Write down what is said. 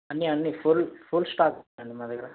అన్నీ అన్నీ full full stock ఉన్నాయండి మా దగ్గర